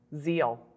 zeal